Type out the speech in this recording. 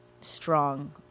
strong